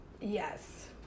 Yes